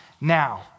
now